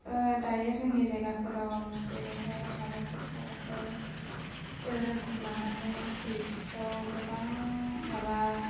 दायो जोंनि जायगाफोराव जेरैहाय माबाफोर जाबाथाय दोहोरोमखौ लानानै पलिटिक्स आव गोबां माबा